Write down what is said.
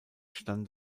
stand